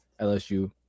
LSU